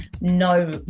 no